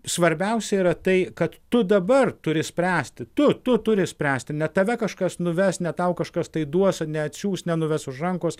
svarbiausia yra tai kad tu dabar turi spręsti tu tu turi spręsti ne tave kažkas nuves ne tau kažkas tai duos neatsiųs nenuves už rankos